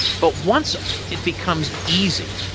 but, once it becomes easy.